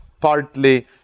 partly